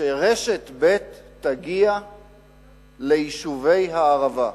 שרשת ב' תגיע ליישובי הערבה,